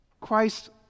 Christ